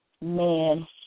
man